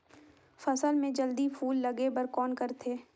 फसल मे जल्दी फूल लगे बर कौन करथे?